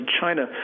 china